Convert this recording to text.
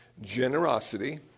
Generosity